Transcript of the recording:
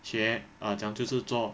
学 err 怎样就是做